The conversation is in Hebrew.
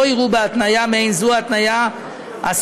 לא יראו בהתניה מעין זו התניה אסורה,